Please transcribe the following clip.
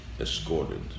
escorted